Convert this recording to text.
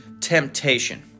temptation